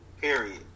Period